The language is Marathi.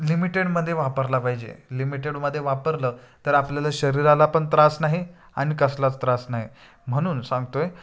लिमिटेडमध्ये वापरला पाहिजे लिमिटेडमध्ये वापरलं तर आपल्याला शरीराला पण त्रास नाही आणि कसलाच त्रास नाही म्हणून सांगतोय